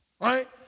Right